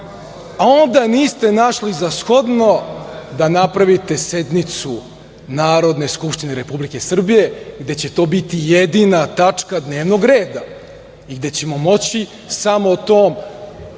a onda niste našli za shodno da napravite sednicu Narodne skupštine Republike Srbije gde će to biti jedina tačka dnevnog reda i gde ćemo moći samo o tom